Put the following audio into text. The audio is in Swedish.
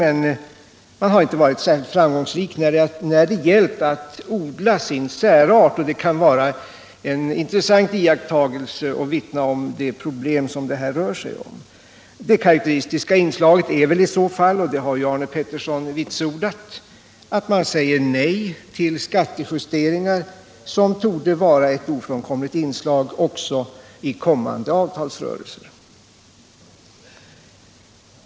Men man har inte varit särskilt framgångsrik när det gällt att odla sin särart. Det kan vara en Intressant iakttagelse, och det vittnar om de problem det här rör sig om. Det karakteristiska inslaget i oppositionens linje är väl — och det har Arne Pettersson vitsordat — att man säger nej till de skattejusteringar som torde bli ett ofrånkomligt inslag också i kommande avtalsrörelser.